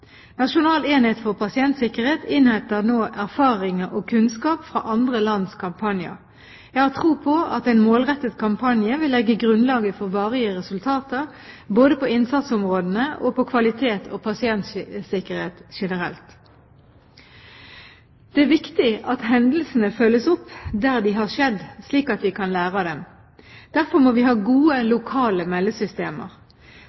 Nasjonal enhet for pasientsikkerhet innhenter nå erfaringer og kunnskap fra andre lands kampanjer. Jeg har tro på at en målrettet kampanje vil legge grunnlaget for varige resultater både på innsatsområdene og på kvalitet og pasientsikkerhet generelt. Det er viktig at hendelsene følges opp der de har skjedd, slik at vi kan lære av dem. Derfor må vi ha gode